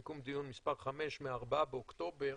סיכום דיון מספר חמש מה-4 באוקטובר,